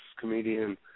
comedian